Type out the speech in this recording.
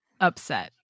upset